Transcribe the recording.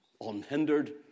Unhindered